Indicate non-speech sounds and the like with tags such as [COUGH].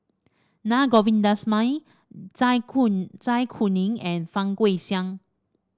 Na Govindasamy Zai [UNINTELLIGIBLE] Zai Kuning and Fang Guixiang